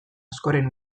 askoren